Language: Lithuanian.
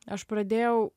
aš pradėjau